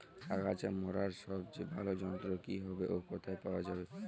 আগাছা মারার সবচেয়ে ভালো যন্ত্র কি হবে ও কোথায় পাওয়া যাবে?